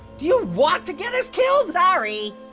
do you want to get us killed? sorry.